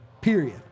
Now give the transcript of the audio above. Period